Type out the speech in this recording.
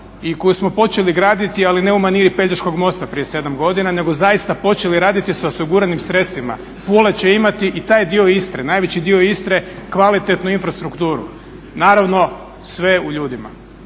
i koju smo počeli graditi ali u maniri Pelješkog mosta prije 7 godina nego zaista počeli raditi sa osiguranim sredstvima. Pula će imati i taj dio Istre najveći dio Istre kvalitetnu infrastrukturu. Naravno, sve je u ljudima